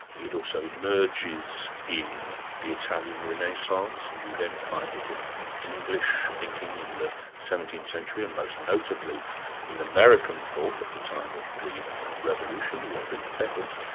it also emerges in the italian renaissance, and we then find it in english thinking in the seventeenth century, and most notably in american thought at the time of the revolution, the war of independence.